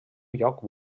lloc